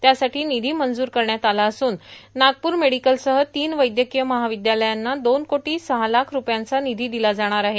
त्यासाठी निधी मंजूर करण्यात आला असून नागपूर मेडिकलसह तीन वैद्यकीय महाविद्यालयांना दोन कोटी सहा लाख रूपयांचा निधी दिला जाणार आहे